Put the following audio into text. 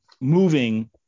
moving